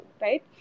right